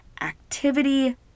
activity